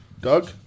Doug